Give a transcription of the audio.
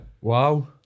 wow